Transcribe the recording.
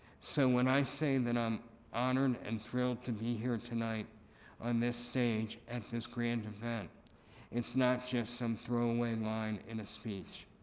so when i say that i'm honored and thrilled to be here tonight on this stage at this grand event it's not just some throwaway line in a speech.